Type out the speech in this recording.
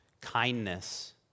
kindness